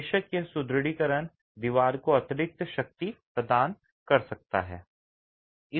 बेशक यह सुदृढीकरण दीवार को अतिरिक्त शक्ति प्रतिरोध प्रदान करता है